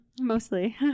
Mostly